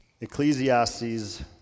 Ecclesiastes